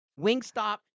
Wingstop